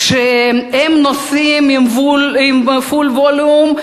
כשהם נוסעים והמוזיקה בפול-ווליום,